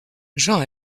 jean